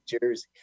Jersey